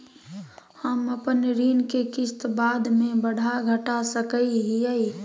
हम अपन ऋण के किस्त बाद में बढ़ा घटा सकई हियइ?